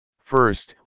First